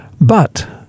But-